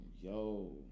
yo